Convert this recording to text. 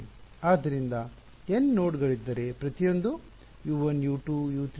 ಆದ್ದರಿಂದ n node ಗಳಿದ್ದರೆ ಪ್ರತಿಯೊಂದೂ U1 U2 U3